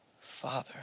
Father